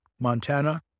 Montana